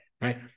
right